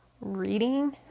reading